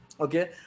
Okay